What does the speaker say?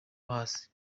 hasi